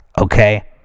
Okay